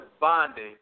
bonding